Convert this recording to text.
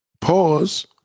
Pause